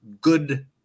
good